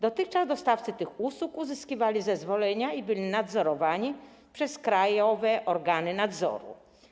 Dotychczas dostawcy tych usług uzyskiwali zezwolenia i byli nadzorowani przez krajowe organy nadzoru.